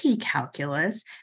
calculus